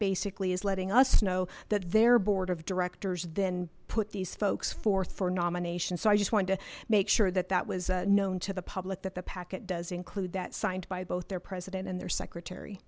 basically is letting us know that their board of directors then put these folks forth for nominations so i just wanted to make sure that that was known to the public that the packet does include that by both their president and their secretary